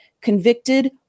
convicted